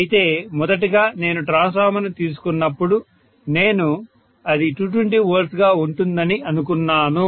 అయితే మొదటగా నేను ట్రాన్స్ఫార్మర్ను తీసుకున్నప్పుడు నేను అది 220V గా ఉంటుందని అనుకున్నాను